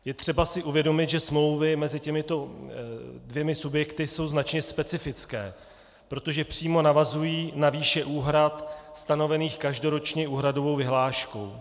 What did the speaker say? Je třeba si uvědomit, že smlouvy mezi těmito dvěma subjekty jsou značně specifické, protože přímo navazují na výši úhrad stanovených každoročně úhradovou vyhláškou.